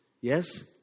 Yes